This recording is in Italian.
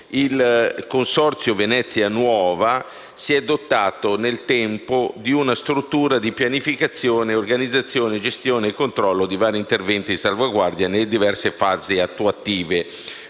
il Consorzio Venezia nuova si è dotato, nel tempo, di una struttura di pianificazione, organizzazione, gestione e controllo dei vari interventi di salvaguardia nelle diverse fasi attuative,